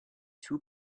two